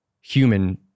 human